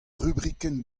rubrikenn